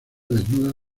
desnuda